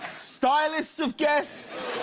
stylists of guests,